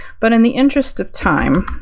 but in the interest of time.